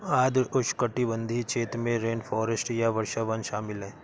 आर्द्र उष्णकटिबंधीय क्षेत्र में रेनफॉरेस्ट या वर्षावन शामिल हैं